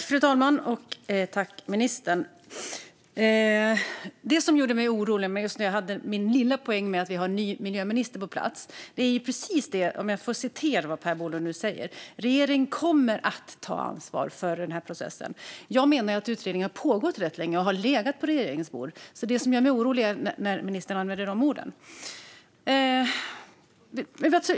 Fru talman! Det som gjorde mig orolig när jag hade min lilla poäng med att vi har en ny miljöminister på plats var precis det som Per Bolund sa om att regeringen kommer att ta ansvar för denna process. Jag menar att utredningen har pågått rätt länge och har legat på regeringens bord. Det som gör mig orolig är när ministern använder dessa ord.